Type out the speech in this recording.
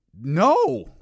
No